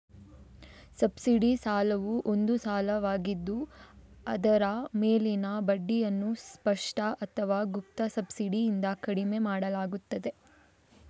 subsidy ಸಾಲವು ಒಂದು ಸಾಲವಾಗಿದ್ದು ಅದರ ಮೇಲಿನ ಬಡ್ಡಿಯನ್ನು ಸ್ಪಷ್ಟ ಅಥವಾ ಗುಪ್ತ ಸಬ್ಸಿಡಿಯಿಂದ ಕಡಿಮೆ ಮಾಡಲಾಗುತ್ತದೆ